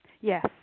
Yes